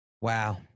Wow